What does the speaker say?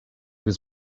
was